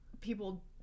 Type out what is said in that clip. people